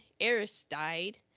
Aristide